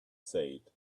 said